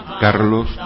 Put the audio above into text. Carlos